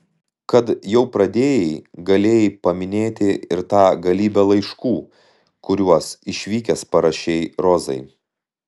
kad jau pradėjai galėjai paminėti ir tą galybę laiškų kuriuos išvykęs parašei rozai